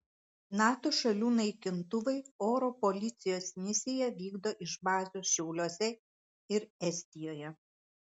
nato šalių naikintuvai oro policijos misiją vykdo iš bazių šiauliuose ir estijoje